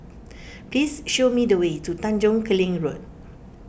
please show me the way to Tanjong Kling Road